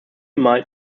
malt